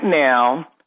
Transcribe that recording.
now